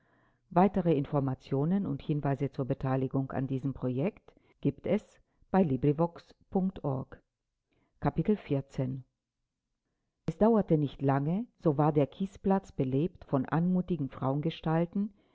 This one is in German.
damen zu und zur an projekt gibt es es dauerte nicht lange so war der kiesplatz belebt von anmutigen